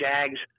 Jags